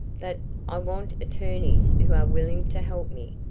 but i want attorneys who are willing to help me.